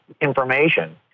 information